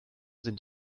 sind